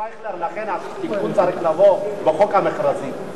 לכן התיקון צריך לבוא בחוק המכרזים.